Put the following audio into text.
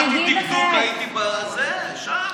אני שואל, איך למדתי דקדוק, הייתי בזה, שם?